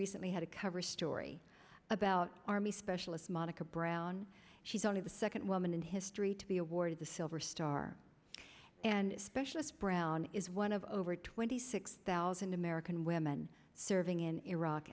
recently had a cover story about army specialist monica brown she's only the second woman in history to be awarded the silver star and specialist brown is one of over twenty six thousand american women serving in iraq